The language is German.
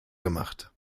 gemacht